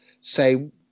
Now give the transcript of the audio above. say